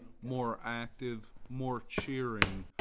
more active, more cheering,